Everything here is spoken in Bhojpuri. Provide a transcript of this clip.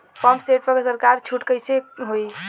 पंप सेट पर सरकार छूट कईसे होई?